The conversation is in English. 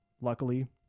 luckily